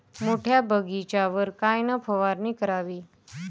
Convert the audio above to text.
मोठ्या बगीचावर कायन फवारनी करावी?